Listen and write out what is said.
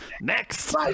next